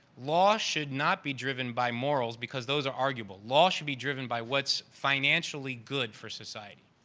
law should not be driven by morals because those are arguable, law should be driven by what's financially good for society.